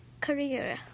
career